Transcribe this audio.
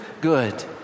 good